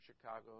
Chicago